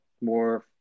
more